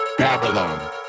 Babylon